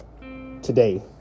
today